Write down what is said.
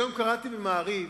היום קראתי ב"מעריב"